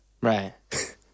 Right